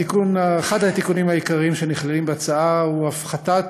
אחד התיקונים העיקריים שנכללים בהצעה הוא הפחתת